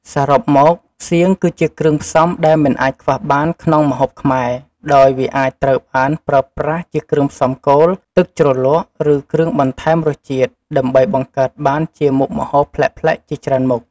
សរុបមក សៀងគឺជាគ្រឿងផ្សំដែលមិនអាចខ្វះបានក្នុងម្ហូបខ្មែរ ដោយវាអាចត្រូវបានប្រើប្រាស់ជាគ្រឿងផ្សំគោល ទឹកជ្រលក់ ឬគ្រឿងបន្ថែមរសជាតិ ដើម្បីបង្កើតបានជាមុខម្ហូបប្លែកៗជាច្រើនមុខ។